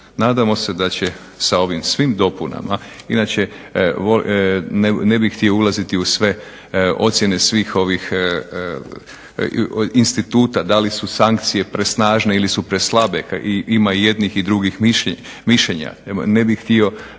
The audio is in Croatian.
Nadamo se da će sa ovim svim dopunama, inače ne bih htio ulaziti u sve ocjene svih ovih instituta da li su sankcije presnažne ili su preslabe. Ima i jednih i drugih mišljenja. Htio bih samo